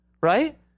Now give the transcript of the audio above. Right